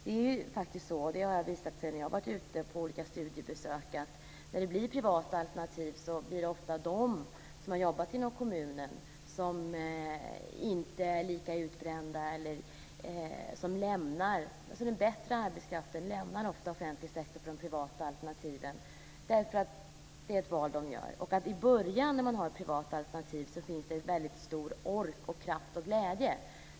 Det är faktiskt så - och det har jag visat när jag har varit ute på olika studiebesök - att i de privata initiativen deltar från början ofta den bättre arbetskraften, som inte är lika utbränd. Man gör valet att lämna den offentliga sektorn för de privata alternativen, och i början har man en väldigt stor ork, kraft och glädje.